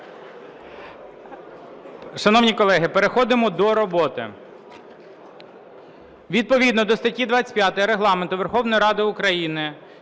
Шановні колеги, переходимо до роботи. Відповідно до статті 25 Регламенту Верховної Ради України